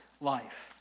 life